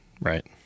Right